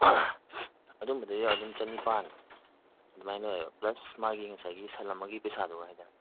ꯑꯗꯨꯒꯨꯝꯕꯗꯗꯤ ꯑꯗꯨꯝ ꯆꯥꯅꯤꯄꯥꯟ ꯑꯗꯨꯃꯥꯏꯅ ꯂꯧꯋꯦꯕ ꯄ꯭ꯂꯁ ꯃꯥꯒꯤ ꯉꯁꯥꯏꯒꯤ ꯁꯟ ꯑꯃꯒꯤ ꯄꯩꯁꯥꯗꯣ ꯍꯥꯏ ꯇꯥꯔꯦ